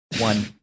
one